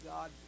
God